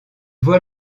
voie